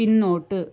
പിന്നോട്ട്